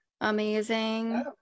amazing